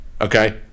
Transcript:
okay